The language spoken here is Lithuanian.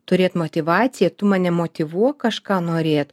turėt motyvaciją tu mane motyvuok kažką norėt